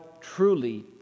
truly